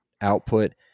output